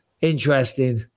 interesting